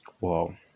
wow